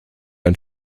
ein